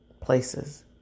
places